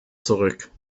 zurück